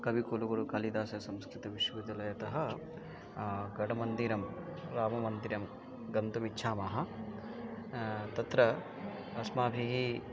कविकुलुगुरुकालिदाससंस्कृतविश्वविद्यलयतः गटमन्दिरं राममन्दिरं गन्तुमिच्छामः तत्र अस्माभिः